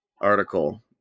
article